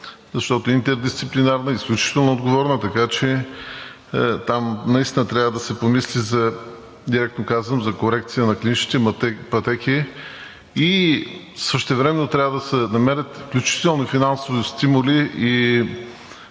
защото е интердисциплинарна, изключително отговорна. Така че, там наистина трябва да се помисли – директно казвам, за корекция на клиничните пътеки. Същевременно трябва да се намерят включително и финансови стимули и